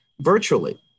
virtually